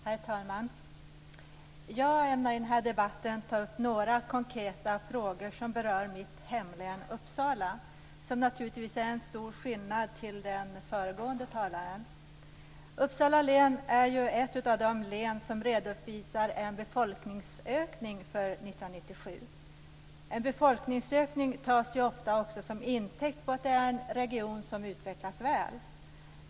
Herr talman! Jag ämnar i denna debatt ta upp några konkreta frågor som berör mitt hemlän Uppsala, så det är en stor skillnad i förhållande till den föregående talaren. Uppsala län är ett av de län som redovisar en befolkningsökning för 1997. En befolkningsökning tas ofta som intäkt på att det är en region som utvecklas väl.